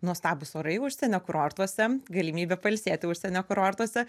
nuostabūs orai užsienio kurortuose galimybė pailsėti užsienio kurortuose